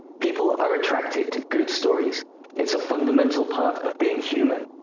people are attracted to good stories it's a fundamental part of being human.